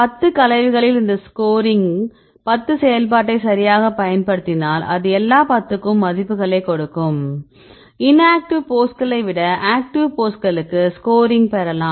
10 கலவைகளில் இந்த ஸ்கோரிங் செயல்பாட்டை சரியாகப் பயன்படுத்தினால் அது எல்லா 10 க்கும் மதிப்புகளைக் கொடுக்கும் இன்ஆக்டிவ் போஸ்களை விட ஆக்டிவ் போஸ்களுக்கு ஸ்கோரிங் பெறலாம்